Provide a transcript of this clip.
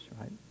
right